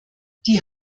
die